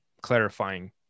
clarifying